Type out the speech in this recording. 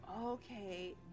Okay